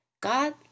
God